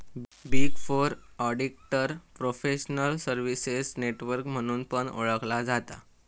big four auditor professional services network म्हणून पण ओळखला जाता